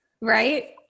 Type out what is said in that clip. right